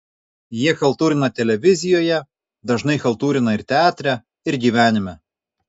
jie chaltūrina televizijoje dažnai chaltūrina ir teatre ir gyvenime